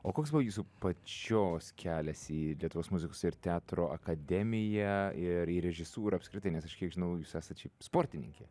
o koks buvo jūsų pačios kelias į lietuvos muzikos ir teatro akademiją ir į režisūrą apskritai nes aš kiek žinau jūs esat šiaip sportininkė